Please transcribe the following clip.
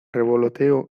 revoloteo